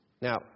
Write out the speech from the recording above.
Now